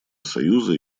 союза